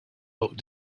looked